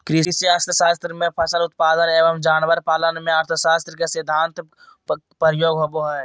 कृषि अर्थशास्त्र में फसल उत्पादन एवं जानवर पालन में अर्थशास्त्र के सिद्धान्त प्रयोग होबो हइ